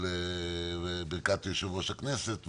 לברכת יושב-ראש הכנסת,